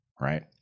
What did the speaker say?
Right